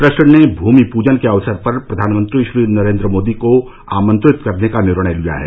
trust ने भुमि पूजन के अवसर पर प्रधानमंत्री श्री नरेंद्र मोदी को आमंत्रित करने का निर्णय लिया है